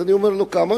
אז אני אומר לו: כמה?